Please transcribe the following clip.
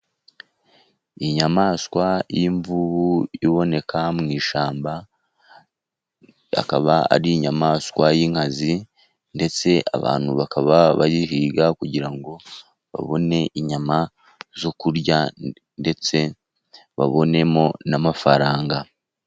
Inyamaswa y'imvubu iboneka mu ishyamba ,akaba ari inyamaswa y'inkazi ,ndetse abantu bakaba bayihiga kugira ngo babone inyama zo kurya ,ndetse babonemo n'amafaranga.